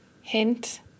hint